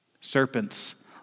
Serpents